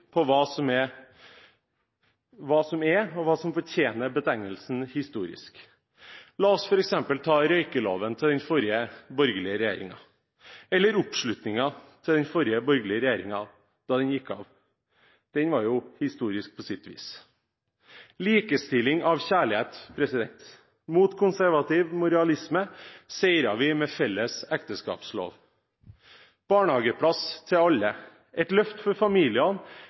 på hva som er og fortjener betegnelsen «historisk». La oss f.eks. ta røykeloven til den forrige borgerlige regjeringen, eller oppslutningen til den forrige borgerlige regjeringen da den gikk av. Den var jo historisk på sitt vis. Likestilling av kjærlighet: Mot konservativ moralisme seiret vi med felles ekteskapslov. Barnehageplass til alle, et løft for familiene,